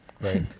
Right